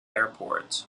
airport